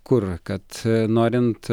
kur kad norint